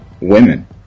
women